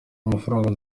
amafaranga